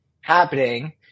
happening